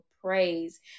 praise